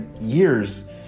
years